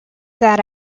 that